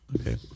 Okay